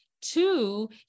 Two